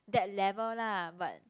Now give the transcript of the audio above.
that level lah but